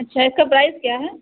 اچھا اس کا پرائز کیا ہے